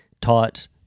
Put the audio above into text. taught